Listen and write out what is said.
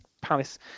palace